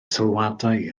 sylwadau